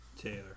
Taylor